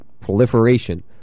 Proliferation